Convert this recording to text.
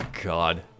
god